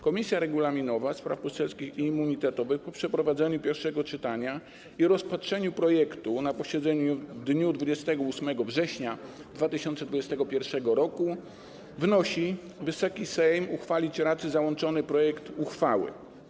Komisja Regulaminowa, Spraw Poselskich i Immunitetowych po przeprowadzeniu pierwszego czytania i rozpatrzeniu projektu na posiedzeniu w dniu 28 września 2021 r. wnosi, by Wysoki Sejm uchwalić raczył załączony projekt uchwały.